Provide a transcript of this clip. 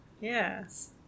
Yes